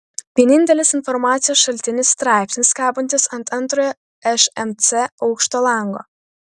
vienintelis informacijos šaltinis straipsnis kabantis ant antrojo šmc aukšto lango